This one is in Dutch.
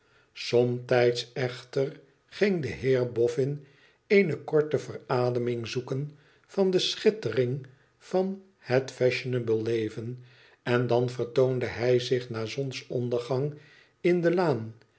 somtijds echter ging de heer boffin eene korte verademing zoeken van de schittering van het fashionable leven en dan vertoonde hij zich na zonsondergang in de laan